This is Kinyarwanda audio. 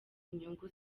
inyungu